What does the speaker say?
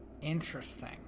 interesting